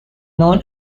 known